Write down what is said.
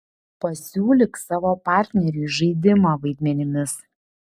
pasiūlyk savo partneriui žaidimą vaidmenimis